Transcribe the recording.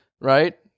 right